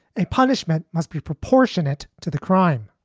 a punishment must be proportionate to the crime